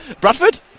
Bradford